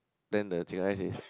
then the chicken rice is